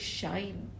shine